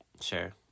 Sure